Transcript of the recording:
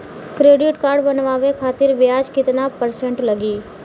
Credit card बनवाने खातिर ब्याज कितना परसेंट लगी?